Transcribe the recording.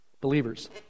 believers